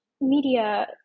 media